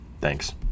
Thanks